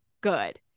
good